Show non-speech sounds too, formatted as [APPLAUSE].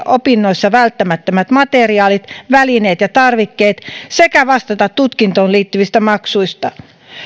[UNINTELLIGIBLE] opinnoissa välttämättömät materiaalit välineet ja tarvikkeet sekä vastata tutkintoon liittyvistä maksuista